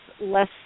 less